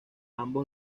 ambos